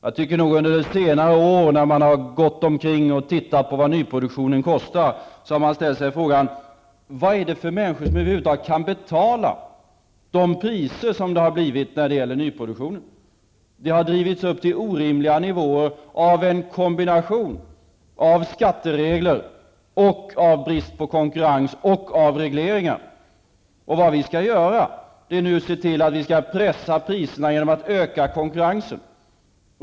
När man under senare år har gått omkring och tittat på vad nyproduktionen kostar, har man ställt sig frågan: Vad är det för människor som över huvud taget kan betala de priser som det har blivit när det gäller nyproduktionen? De har drivits upp till orimliga nivåer genom en kombination bestående av skatteregler, av brist på konkurrens och av regleringar. Vad vi nu skall göra är att pressa priserna genom att öka konkurrensen.